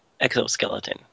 exoskeleton